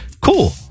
Cool